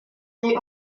they